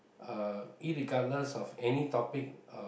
uh irregardless of any topic uh